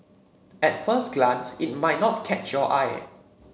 at first glance it might not catch your eye